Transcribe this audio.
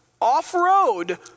off-road